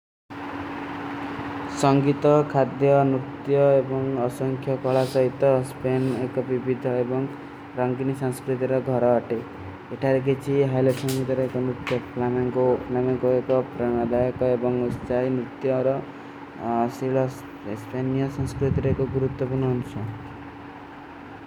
ସଂଗୀତ, ଖାଦ୍ଯ, ନୁଟ୍ଯ ଔର ଅସଂଖ୍ଯା ଖାଲା ସାହୀତ, ସ୍ପେନ ଏକ ଵିଭୀତ ହୈ ଔର ରଂଗୀନୀ ଶଂସ୍କ୍ରେତ ର ଘରଵାତ ହୈ। ଇତାରେ ଗୀଚୀ ହାଈଲେ ସାମୀଦର ଏକ ନମେଂ କୋ ଏକ ପ୍ରାନାଦାଯ କା ଏବାଂଗ ଉସ ଚାଈ ନୁତ୍ଯ ଔର ସ୍ଵିଵଲାସ ଏସ୍ପୈନ ନିଯା ସଂସ୍କୃତିର ଏକ ଗୁରୁଦ୍ଧ ଭୂନ ଅଂଶାଁ।